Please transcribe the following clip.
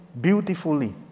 beautifully